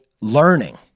learning